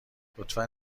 لطفا